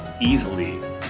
easily